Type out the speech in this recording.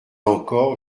encore